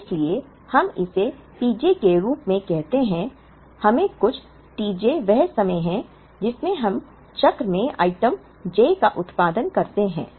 इसलिए हम इसे Pj के रूप में कहते हैं हमें कुछ tj वह समय है जिसमें हम चक्र में आइटम j का उत्पादन करते हैं